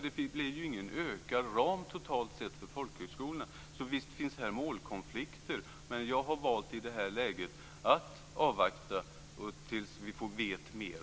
Det blir ju ingen ökad ram totalt sett för folkhögskolorna. Visst finns här målkonflikter, men jag har i det här läget valt att avvakta tills vi vet mer.